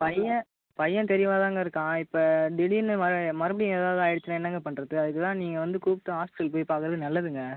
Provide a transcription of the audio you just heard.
பையன் பையன் தெளிவாக தாங்க இருக்கான் இப்போ திடீர்னு வ மறுபடியும் ஏதாவது ஆய்டுச்சினால் என்னங்க பண்ணுறது அதுக்குதான் நீங்கள் வந்து கூப்பிட்டு ஹாஸ்பிட்டல் போய் பார்க்கறது நல்லதுங்க